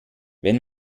wenn